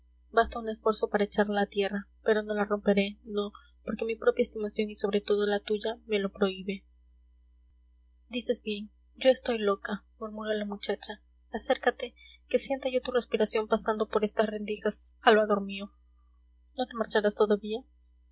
basta un esfuerzo para echarla a tierra pero no la romperé no porque mi propia estimación y sobre todo la tuya me lo prohíbe dices bien yo estoy loca murmuró la muchacha acércate que sienta yo tu respiración pasando por estas rendijas salvador mío no te marcharás